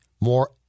more